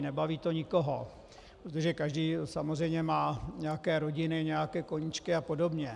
Nebaví to nikoho, protože každý samozřejmě má nějaké rodiny, nějaké koníčky apod.